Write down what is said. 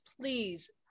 please